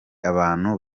abantu